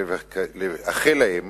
ולאחל להם